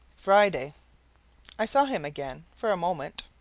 friday i saw him again, for a moment,